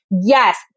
yes